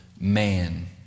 man